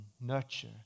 nurture